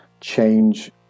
change